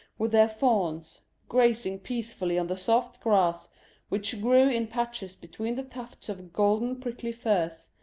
with their fawns grazing peacefully on the soft grass which grew in patches between the tufts of golden prickly furze,